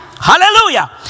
Hallelujah